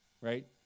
right